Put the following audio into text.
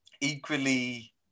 equally